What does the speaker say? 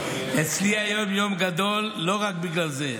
אצלי היום הוא יום גדול לא רק בגלל זה,